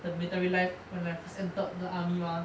the military life when I first entered the army mah